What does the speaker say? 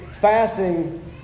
fasting